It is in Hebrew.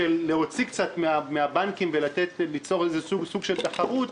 להוציא קצת מן הבנקים וליצור סוג של תחרות.